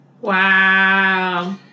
Wow